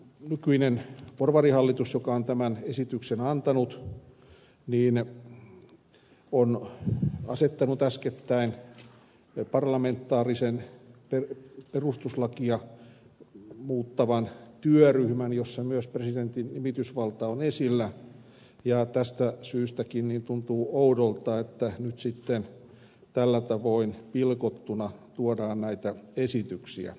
nykyinen porvarihallitus joka on tämän esityksen antanut on asettanut äskettäin parlamentaarisen perustuslakia muuttavan työryhmän jossa myös presidentin nimitysvalta on esillä ja tästä syystäkin tuntuu oudolta että nyt sitten tällä tavoin pilkottuna tuodaan näitä esityksiä